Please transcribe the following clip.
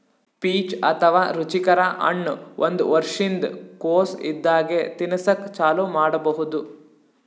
peach ಅಥವಾ ರುಚಿಕರ ಹಣ್ಣ್ ಒಂದ್ ವರ್ಷಿನ್ದ್ ಕೊಸ್ ಇದ್ದಾಗೆ ತಿನಸಕ್ಕ್ ಚಾಲೂ ಮಾಡಬಹುದ್